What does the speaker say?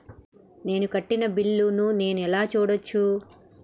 నేను కట్టిన బిల్లు ను నేను ఎలా చూడచ్చు?